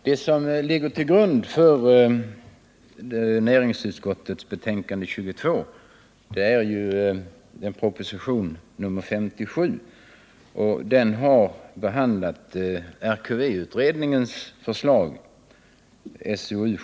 Det som ligger till grund för näringsutskottets betänkande nr 22 är ju propositionen nr 57. Den har behandlat RKV-utredningens förslag .